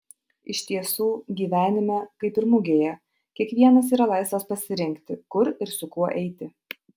iš tiesų gyvenime kaip ir mugėje kiekvienas yra laisvas pasirinkti kur ir su kuo eiti